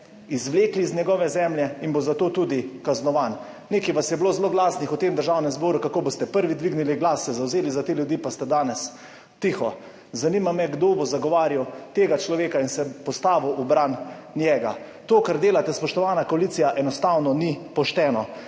Izvlekli z njegove zemlje in bo za to tudi kaznovan. Nekaj vas je bilo zelo glasnih v tem državnem zboru, kako boste prvi dvignili glas, se zavzeli za te ljudi, pa ste danes tiho. Zanima me, kdo bo zagovarjal tega človeka in se postavil v bran njemu. To, kar delate, spoštovana koalicija, enostavno ni pošteno.